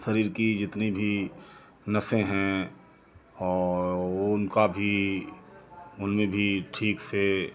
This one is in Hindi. शरीर की जितनी भी नसें हैं और उनका भी उनमें भी ठीक से